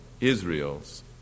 Israel's